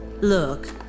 Look